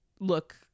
look